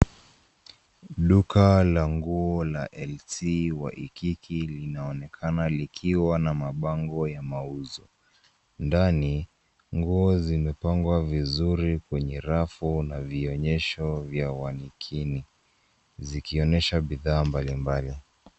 Duka la nguo la LC Waikiki linaonekana likiwa na mabango ya mauzo. Ndani, nguo zimepangwa vizuri kwenye rafu na vionyesho vya wanikini zikionesha mbalmbali.